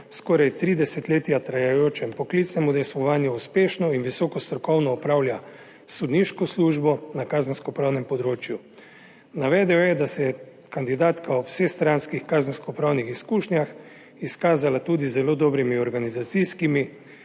skoraj tri desetletja trajajočemu poklicnem udejstvovanju uspešno in visoko strokovno opravlja sodniško službo na kazenskopravnem področju. Navedel je, da se je kandidatka ob vsestranskih kazenskopravnih izkušnjah izkazala tudi z zelo dobrimi organizacijskimi